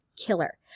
killer